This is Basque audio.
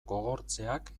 gogortzeak